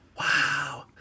Wow